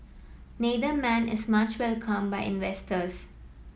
neither man is much welcomed by investors